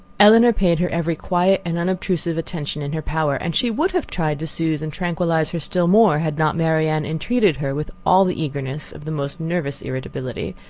elinor paid her every quiet and unobtrusive attention in her power and she would have tried to sooth and tranquilize her still more, had not marianne entreated her, with all the eagerness of the most nervous irritability,